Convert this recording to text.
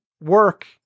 work